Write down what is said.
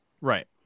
Right